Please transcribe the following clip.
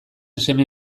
seme